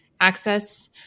access